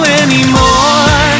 anymore